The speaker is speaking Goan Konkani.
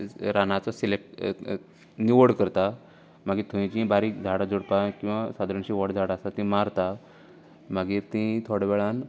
रानाचो सिले निवड करतात मागीर थंय जी बारीक झाडां झुडपां किंवां सादारणशीं व्हड झाडां आसात ती मारता मागीर ती थोड्या वेळान